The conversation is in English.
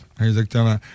Exactement